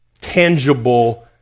tangible